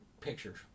pictures